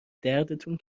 دردتون